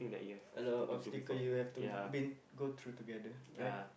a lot of sticker you have to been go through together right